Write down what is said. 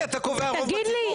אתה קובע רוב בציבור?